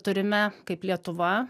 turime kaip lietuva